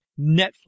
Netflix